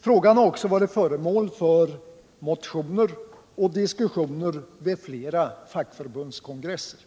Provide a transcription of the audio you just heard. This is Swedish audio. Frågan har också varit föremål för motioner och diskussioner vid flera fackförbundskongresser.